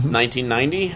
1990